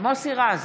מוסי רז,